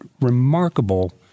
remarkable